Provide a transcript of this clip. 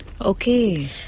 okay